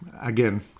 again